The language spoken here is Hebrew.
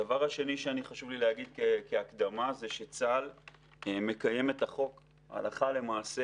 הדבר השני שחשוב לי להגיד כהקדמה זה שצה"ל מקיים את החוק הלכה למעשה.